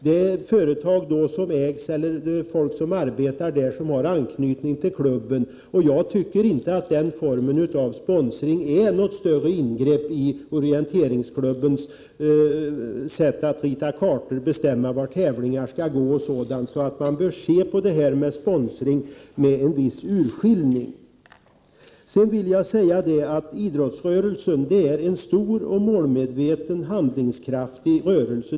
Det är företag som genom ägarna eller genom anställda har anknytning till klubben, och jag tycker inte att den formen av sponsring kan betraktas som något större ingrepp i orienteringsklubbens sätt att rita kartor, bestämma var tävlingar skall äga rum osv. Vi bör alltså se på sponsringen med en viss urskillning. Idrottsrörelsen är en stor, målmedveten och handlingskraftig rörelse.